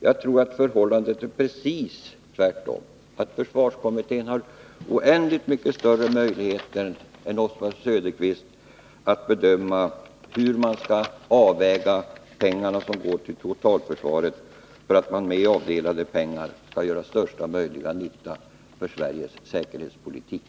Jag tror att förhållandet är precis det motsatta, att Nr 45 försvarskommittén har oändligt mycket större möjligheter än Oswald Onsdagen den Söderqvist att avväga hur till totalförsvaret avdelade pengar skall kunna göra — 10 december 1980 största möjliga nytta för Sveriges säkerhetspolitik.